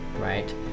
right